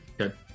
Okay